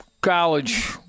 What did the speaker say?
college